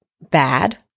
bad